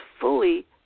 fully